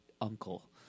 uncle